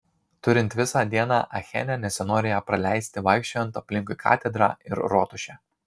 turint visą dieną achene nesinori ją praleisti vaikščiojant aplinkui katedrą ir rotušę